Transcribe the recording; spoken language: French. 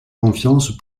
confiance